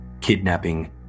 kidnapping